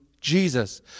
Jesus